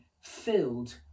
filled